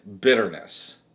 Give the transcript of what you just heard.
bitterness